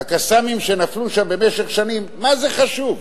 ה"קסאמים" שנפלו שם במשך שנים, מה זה חשוב?